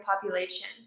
population